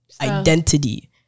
identity